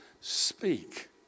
speak